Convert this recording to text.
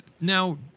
Now